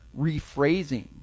rephrasing